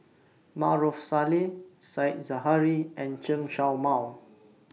Maarof Salleh Said Zahari and Chen Show Mao